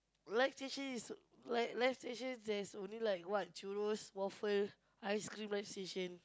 live station is like live station has only like what churros waffles ice cream live station